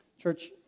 Church